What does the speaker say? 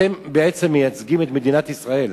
אתם בעצם מייצגים את מדינת ישראל,